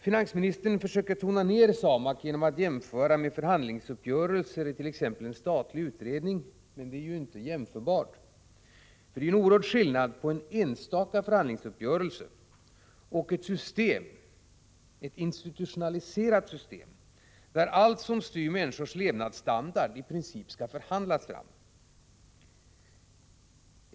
Finansministern försöker tona ner SAMAK genom att jämföra med förhandlingsuppgörelser i t.ex. en statlig utredning, men det är ju inte alls jämförbart. Det är ju en oerhörd skillnad mellan en enstaka förhandlingsuppgörelse och ett institutionaliserat system, där allt som styr människors levnadsstandard i princip skall förhandlas fram.